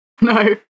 No